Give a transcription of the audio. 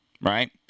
right